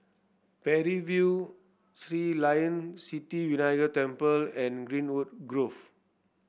Parry View Sri Layan Sithi Vinayagar Temple and Greenwood Grove